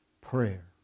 Prayer